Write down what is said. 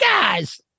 guys